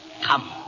Come